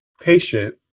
patient